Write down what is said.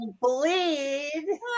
bleed